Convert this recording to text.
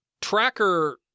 Tracker